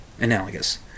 analogous